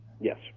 Yes